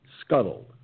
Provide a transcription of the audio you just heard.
scuttled